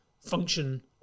function